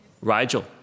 Rigel